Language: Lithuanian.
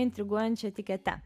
intriguojančia etikete